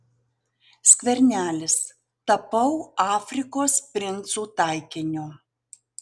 skvernelis tapau afrikos princų taikiniu